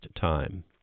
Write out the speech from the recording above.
time